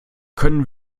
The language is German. können